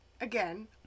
again